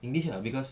english ah cause